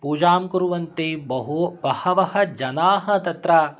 पूजां कुर्वन्ति बहु बहवः जनाः तत्र